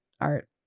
art